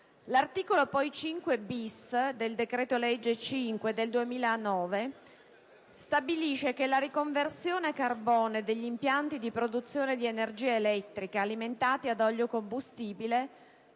L'articolo 5-*bis* del decreto-legge n. 5 del 2009 stabilisce poi che per la riconversione a carbone degli impianti di produzione di energia elettrica alimentati ad olio combustibile